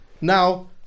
Now